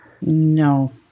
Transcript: No